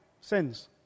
sins